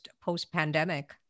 post-pandemic